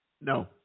no